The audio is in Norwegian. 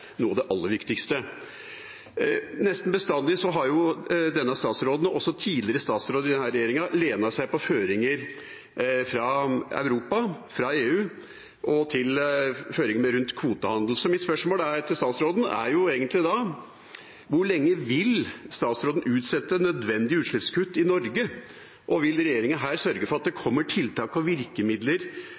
noe av det aller viktigste. Nesten bestandig har denne statsråden og også tidligere statsråder i denne regjeringa lent seg på føringer fra Europa, fra EU, føringene rundt kvotehandel. Mitt spørsmål til statsråden er egentlig da: Hvor lenge vil statsråden utsette nødvendige utslippskutt i Norge, og vil regjeringa sørge for at det kommer tiltak og virkemidler